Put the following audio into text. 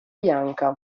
bianca